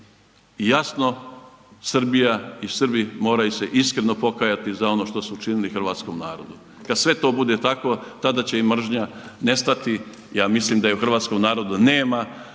i jasno Srbija i Srbi moraju se iskreno pokajati za ono što su učinili hrvatskom narodu. Kada sve to bude tako tada će i mržnja nestati, ja mislim da je u hrvatskom narodu nema